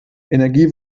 energie